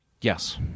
Yes